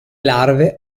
larve